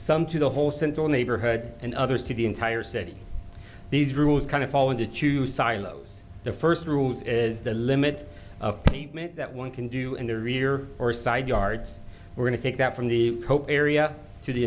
some to the whole central neighborhood and others to the entire city these rules kind of fall into two silos the first rule is the limit of that one can do in the rear or side yards we're going to take that from the pope area to the